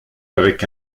avec